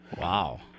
Wow